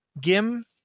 Gim